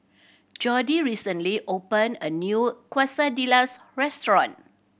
Jordy recently opened a new Quesadillas restaurant